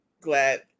glad